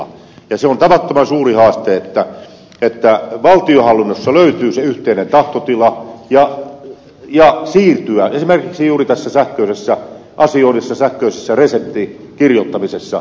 se on tavattoman suuri haaste että valtionhallinnossa löytyy se yhteinen tahtotila siirtyä esimerkiksi juuri tässä sähköisessä asioinnissa sähköisessä reseptinkirjoittamisessa sen omaksumiseen